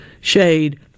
shade